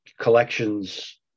collections